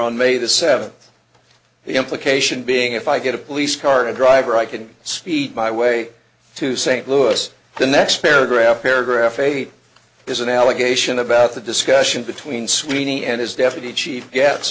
on may the seventh the implication being if i get a police car and driver i can speed my way to st louis the next paragraph paragraph eight is an allegation about the discussion between sweeney and his deputy chief gets